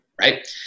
Right